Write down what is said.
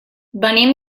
venim